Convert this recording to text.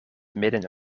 midden